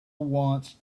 wants